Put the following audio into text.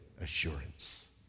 assurance